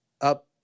up